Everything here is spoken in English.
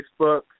Facebook